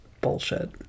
Bullshit